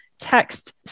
Text